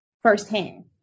firsthand